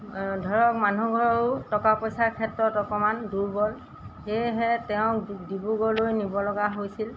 ধৰক মানুহঘৰো টকা পইচাৰ ক্ষেত্ৰত অকণমান দুৰ্বল সেয়েহে তেওঁক ডিব্ৰুগড়লৈ নিবলগা হৈছিল